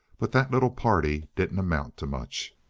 but that little party didn't amount to much.